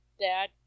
dad